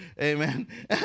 Amen